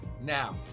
Now